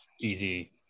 easy